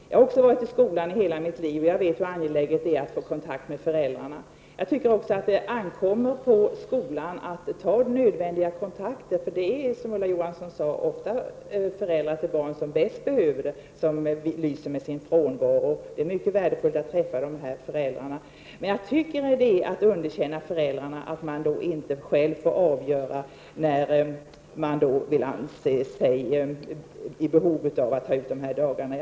Jag har också varit i skolan i hela mitt liv, och jag vet hur angeläget det är att få kontakt med föräldrarna. Jag tycker också att det ankommer på skolan att ta nödvändiga kontakter. Som Ulla Johansson sade är det ofta föräldrarna till de barn som bäst behöver det som lyser med sin frånvaro. Det är mycket värdefullt att träffa de föräldrarna. Men jag tycker att det är att underkänna föräldrarna att de inte själva för avgöra när de skall ta ut de här dagarna.